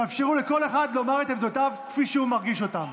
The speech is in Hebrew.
תאפשרו לכל אחד לומר את עמדותיו כפי שהוא מרגיש אותן.